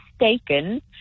mistaken